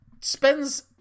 spends